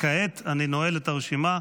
כעת אני נועל את הרשימה.